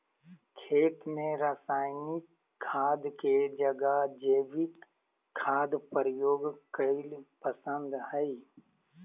खेत में रासायनिक खाद के जगह जैविक खाद प्रयोग कईल पसंद हई